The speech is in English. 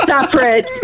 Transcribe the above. separate